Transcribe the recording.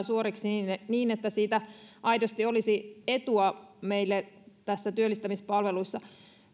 suoriksi niin niin että siitä aidosti olisi etua meille näissä työllistämispalveluissa